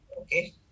Okay